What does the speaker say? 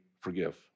forgive